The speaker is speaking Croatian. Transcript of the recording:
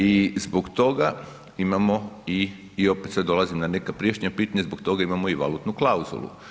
I zbog toga imamo i, i opet sad dolazim na neka prijašnja pitanja, zbog toga imamo i valutnu klauzulu.